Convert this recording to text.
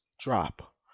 drop